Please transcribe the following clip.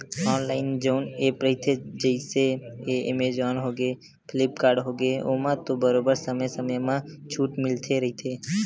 online जउन app रहिथे जइसे के एमेजॉन होगे, फ्लिपकार्ट होगे ओमा तो बरोबर समे समे म छूट मिलते रहिथे